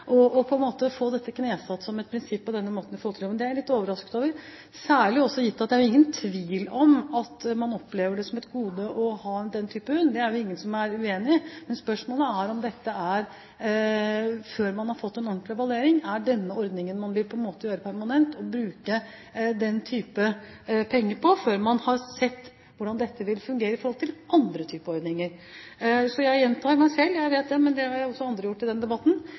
få dette knesatt som et prinsipp på denne måten i folketrygdloven. Det er jeg litt overrasket over – særlig gitt at det er ingen tvil om at man opplever det som et gode å ha den type hund. Det er det ingen som er uenig i. Men spørsmålet er, før man har fått en ordentlig evaluering: Er det denne ordningen man vil gjøre permanent, og bruke den type penger på, før man har sett hvordan dette vil fungere i forhold til andre typer ordninger? Jeg gjentar meg selv – jeg vet det – men det har også andre gjort i denne debatten.